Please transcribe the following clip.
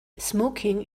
smoking